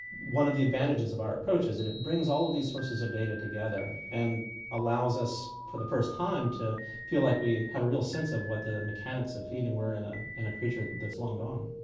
one of the advantages of our approach is that it brings all of these sources of data together and allows us for the first time to feel like we have a real sense of what the mechanics of feeding were in ah and a creature that's long gone.